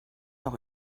noch